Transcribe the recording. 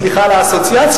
וסליחה על האסוציאציות,